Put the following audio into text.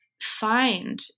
find